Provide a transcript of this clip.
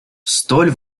столь